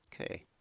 okay